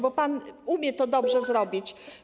Bo pan umie to dobrze robić.